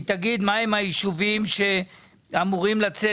היא תגיד איזה יישובים אמורים לצאת.